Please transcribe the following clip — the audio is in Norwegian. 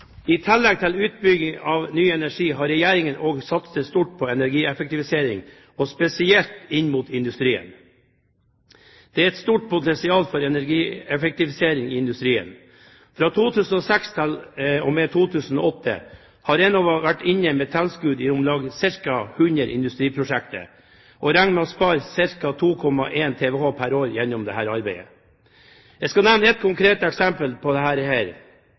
I tillegg til utbygging av ny energi har Regjeringen også satset stort på energieffektivisering, spesielt rettet inn mot industrien. Det er et stort potensial for energieffektivisering i industrien. Fra 2006 og til og med 2008 har Enova vært inne med tilskudd i om lag 100 industriprosjekter og regner med å spare ca. 2,1 TWh pr. år gjennom dette arbeidet. Jeg skal nevne ett konkret eksempel på dette, og det